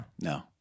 No